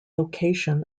location